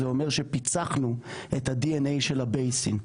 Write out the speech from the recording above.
זה אומר שפיצחנו את הדי.אן.איי של ה-basin.